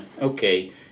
okay